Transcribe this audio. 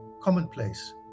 commonplace